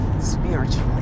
spiritually